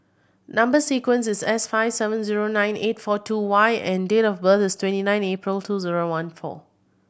number sequence is S five seven zero nine eight four two Y and date of birth is twenty nine April two zero one four